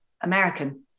American